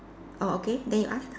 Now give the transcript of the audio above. oh okay then you ask